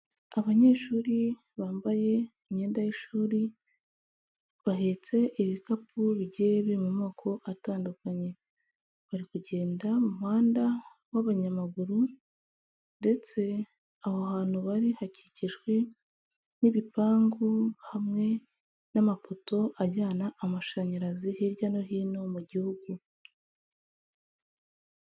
Abanyeshuri bambaye imyenda y'ishuri, bahetse ibikapu bigiye biri mu moko atandukanye, bari kugenda mu muhanda w'abanyamaguru ndetse aho hantu bari hakikijwe n'ibipangu hamwe n'amapoto ajyana amashanyarazi hirya no hino mu gihugu.